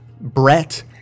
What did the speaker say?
Brett